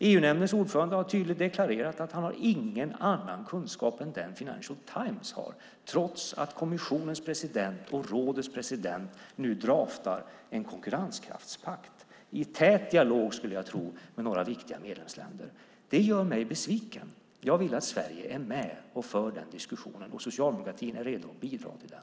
EU-nämndens ordförande har tydligt deklarerat att han inte har någon annan kunskap än den Financial Times har, trots att kommissionens president och rådets president nu "draftar" en konkurrenskraftspakt i tät dialog, skulle jag tro, med några viktiga medlemsländer. Det gör mig besviken. Jag vill att Sverige ska vara med och föra den diskussionen, och socialdemokratin är redo att bidra till den.